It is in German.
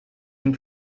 dem